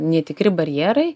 netikri barjerai